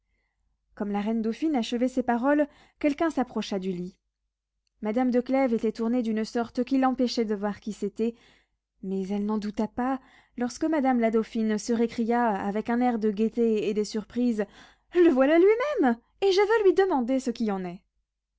comme la reine dauphine achevait ces paroles quelqu'un s'approcha du lit madame de clèves était tournée d'une sorte qui l'empêchait de voir qui c'était mais elle n'en douta pas lorsque madame la dauphine se récria avec un air de gaieté et de surprise le voilà lui-même et je veux lui demander ce qui en est